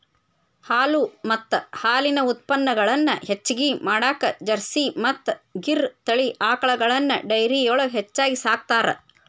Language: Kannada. ಹಾಲು ಮತ್ತ ಹಾಲಿನ ಉತ್ಪನಗಳನ್ನ ಹೆಚ್ಚಗಿ ಮಾಡಾಕ ಜರ್ಸಿ ಮತ್ತ್ ಗಿರ್ ತಳಿ ಆಕಳಗಳನ್ನ ಡೈರಿಯೊಳಗ ಹೆಚ್ಚಾಗಿ ಸಾಕ್ತಾರ